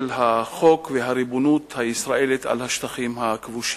החוק והריבונות הישראלית על השטחים הכבושים.